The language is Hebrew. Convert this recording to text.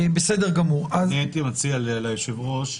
אני הייתי מציע ליושב-ראש,